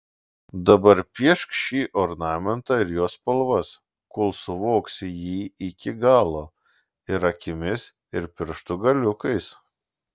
dabar piešk šį ornamentą ir jo spalvas kol suvoksi jį iki galo ir akimis ir pirštų galiukais